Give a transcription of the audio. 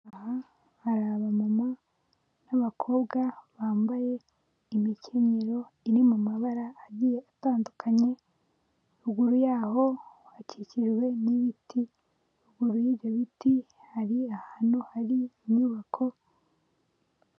Aha hari abamama n'abakobwa bambaye imicyenyero iri mu mabara agiye atandukanye, ruguru yaho hakikijwe n'ibiti, ruguru y'ibyo biti hari ahantu hari inyubako.